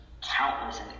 countless